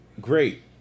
great